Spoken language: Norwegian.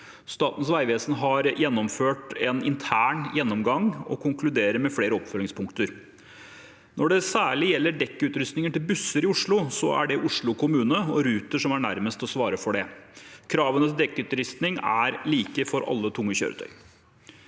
Statens vegvesen har gjennomført en intern gjennomgang og konkludert med flere oppfølgingspunkter. Når det særlig gjelder dekkutrustningen til busser i Oslo, er det Oslo kommune og Ruter som er nærmest til å svare for det. Kravene til dekkutrustning er like for alle tunge kjøretøy.